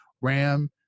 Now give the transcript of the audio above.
RAM